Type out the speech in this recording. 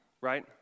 right